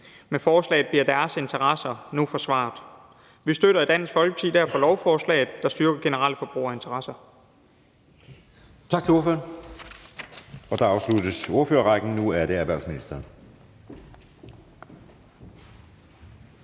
Med forslaget bliver deres interesser nu forsvaret. Vi støtter i Dansk Folkeparti derfor lovforslaget, der styrker generelle forbrugerinteresser.